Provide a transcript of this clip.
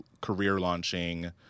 career-launching